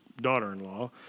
daughter-in-law